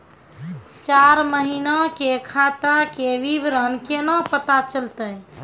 चार महिना के खाता के विवरण केना पता चलतै?